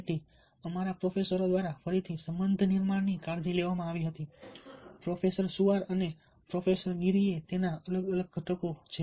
તેથી અમારા પ્રોફેસરો દ્વારા ફરીથી સંબંધ નિર્માણની કાળજી લેવામાં આવી હતી પ્રોફેસર સુઆર અને પ્રોફેસર ગીરી તેના અલગ અલગ ઘટકો છે